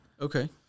Okay